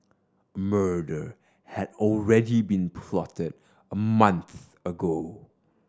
murder had already been plotted a month ago